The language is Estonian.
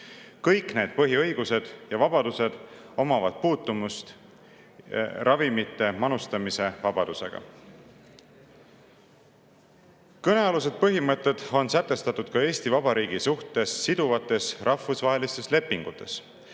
Kõigil neil põhiõigustel ja vabadustel on puutumus ravimite manustamise vabadusega. Kõnealused põhimõtted on sätestatud ka Eesti Vabariigi suhtes siduvates rahvusvahelistes lepingutes,